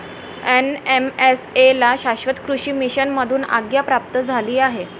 NMSA ला शाश्वत कृषी मिशन मधून आज्ञा प्राप्त झाली आहे